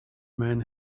man